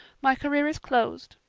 my career is closed.